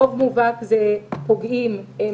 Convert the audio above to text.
רוב מובהק מן הפוגעים הם